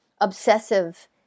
obsessive